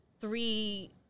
three